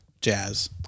Jazz